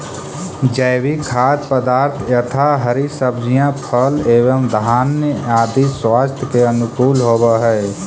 जैविक खाद्य पदार्थ यथा हरी सब्जियां फल एवं धान्य आदि स्वास्थ्य के अनुकूल होव हई